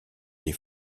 des